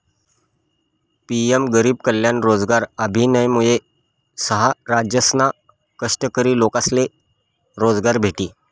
PM गरीब कल्याण रोजगार अभियानमुये सहा राज्यसना कष्टकरी लोकेसले रोजगार भेटी